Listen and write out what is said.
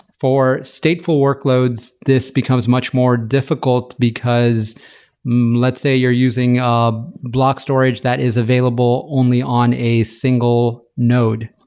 for stateful workloads, this becomes much more difficult, because let's say you're using of block storage that is available only on a single node.